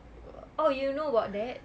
err oh you know about that